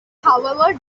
however